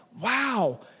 wow